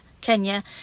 Kenya